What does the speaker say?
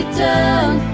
done